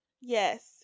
Yes